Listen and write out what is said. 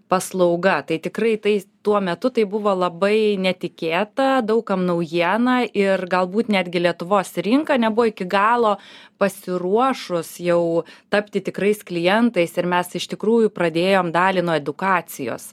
paslauga tai tikrai tai tuo metu tai buvo labai netikėta daug kam naujiena ir galbūt netgi lietuvos rinka nebuvo iki galo pasiruošus jau tapti tikrais klientais ir mes iš tikrųjų pradėjom dalį nuo edukacijos